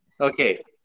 Okay